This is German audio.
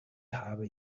habe